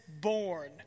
born